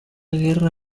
guerra